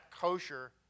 kosher